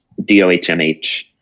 dohmh